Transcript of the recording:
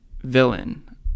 villain